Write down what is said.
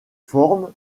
forment